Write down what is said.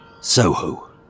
Soho